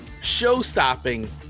show-stopping